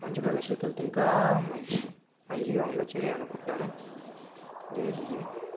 మంచి ప్రశాదాశాలకెళ్తే ఇంకా మంచి మంచిగా ఉండొచ్చని నేననుకుంటున్నాను జై జైహింద్